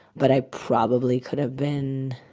but i probably could have been